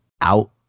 out